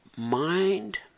Mind